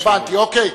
אוקיי.